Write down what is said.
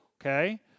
okay